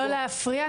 לא להפריע,